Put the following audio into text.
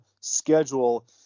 schedule